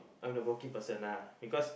I'm the working person lah because